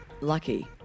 lucky